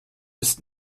ist